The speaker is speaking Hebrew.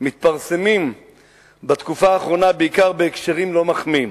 מתפרסמים בתקופה האחרונה בעיקר בהקשרים לא מחמיאים